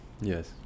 Yes